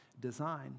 design